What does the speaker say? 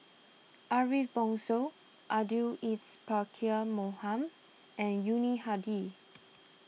Ariff Bongso Abdul Aziz Pakkeer Mohamed and Yuni Hadi